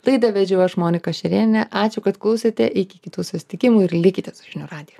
laidą vedžiau aš monika šerėniene ačiū kad klausėte iki kitų susitikimų ir likite su žinių radiju